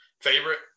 favorite